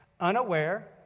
Unaware